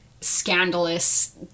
scandalous